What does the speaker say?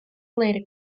later